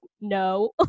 No